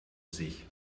sich